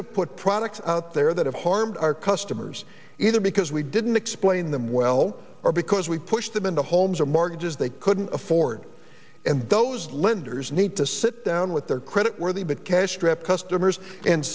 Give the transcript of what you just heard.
have put products out there that have harmed our customers either because we didn't explain them well or because we pushed them into homes or markets as they couldn't afford and those lenders need to sit down with their credit worthy but cash strapped customers and